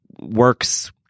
works